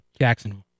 Jacksonville